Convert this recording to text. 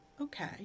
okay